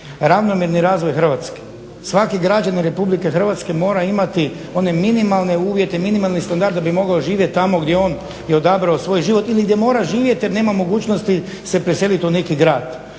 ravnomjerni razvoj Hrvatske. Svaki građanin RH mora imati one minimalne uvjete, minimalni standard da bi mogao živjeti tamo gdje on je odabrao svoj živo ili gdje mora živjeti jer nema mogućnosti se preseliti u neki grad.